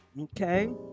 okay